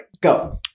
Go